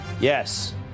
yes